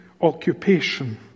occupation